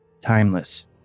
timeless